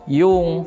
yung